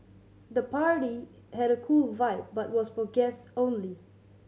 the party had a cool vibe but was for guests only